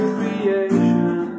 creation